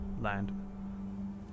land